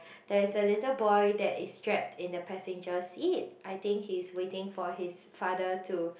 there's a little boy that is strapped in the passenger seat I think he's waiting for his father to